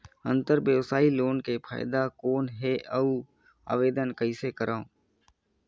अंतरव्यवसायी लोन के फाइदा कौन हे? अउ आवेदन कइसे करव?